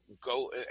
go